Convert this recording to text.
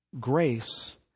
Grace